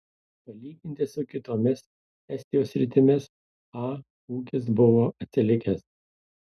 palyginti su kitomis estijos sritimis a ūkis buvo atsilikęs